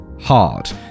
hard